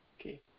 Okay